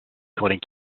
coding